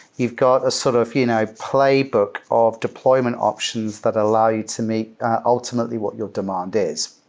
you've got a sort of you know playbook of deployment options that allow you to meet ultimately what your demand is.